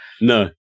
No